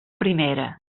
primera